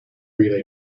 relay